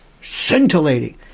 scintillating